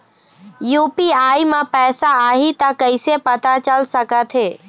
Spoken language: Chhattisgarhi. यू.पी.आई म पैसा आही त कइसे पता चल सकत हे?